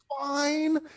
fine